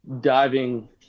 diving